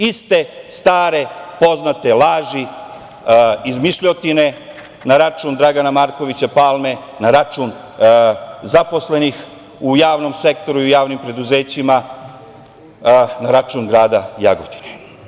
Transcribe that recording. Iste stare poznate laži, izmišljotine na račun Dragana Markovića Palme, na račun zaposlenih u javnom sektoru i u javnim preduzećima, na račun grada Jagodine.